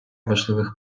важливих